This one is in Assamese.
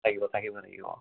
থাকিব থাকিব লাগিব অঁ